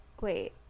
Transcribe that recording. wait